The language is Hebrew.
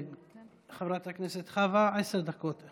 חברת הכנסת חוה, עשר דקות.